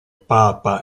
papa